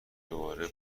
دوباره